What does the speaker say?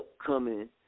upcoming